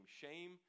Shame